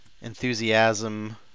enthusiasm